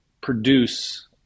produce